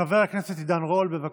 חבר הכנסת עידן רול, בבקשה.